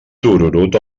tururut